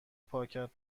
پاکت